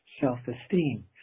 self-esteem